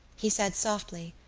he said softly